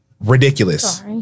ridiculous